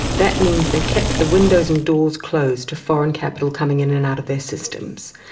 that means they kept the windows and doors closed to foreign capital coming in and out of their systems.